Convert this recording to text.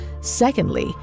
Secondly